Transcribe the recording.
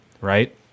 right